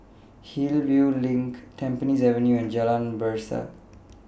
Hillview LINK Tampines Avenue and Jalan Berseh